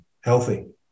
healthy